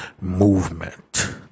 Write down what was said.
movement